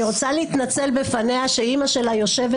אני רוצה להתנצל בפניה שאימא שלה יושבת